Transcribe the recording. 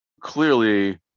clearly